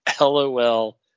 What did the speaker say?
LOL